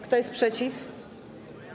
Kto jest przeciw?